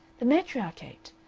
the matriarchate!